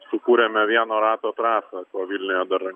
sukūrėme vieno rato trasą ko vilniuje dar